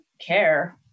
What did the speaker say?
care